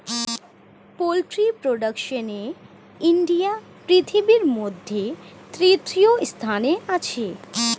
poultry প্রোডাকশনে India পৃথিবীর মধ্যে তৃতীয় স্থানে আছে